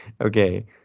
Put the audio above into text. okay